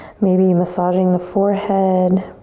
maybe massaging the forehead